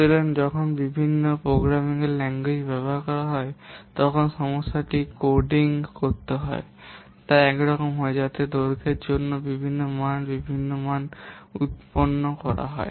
সুতরাং যখন বিভিন্ন প্রোগ্রামিং ল্যাঙ্গুয়েজগুলি ব্যবহার করা হয় এমনকি সমস্যাটি কোডিং করতে হয় তা একই রকম হয় যাতে দৈর্ঘ্যের জন্য বিভিন্ন মান উত্পন্ন হয়